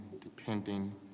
depending